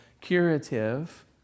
curative